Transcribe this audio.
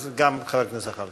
אז גם חבר הכנסת זחאלקה.